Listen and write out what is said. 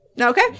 Okay